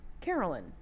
Carolyn